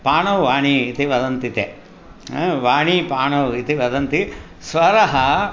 पाणौ वाणी इति वदन्ति ते वाणी पाणौ इति वदन्ति स्वरः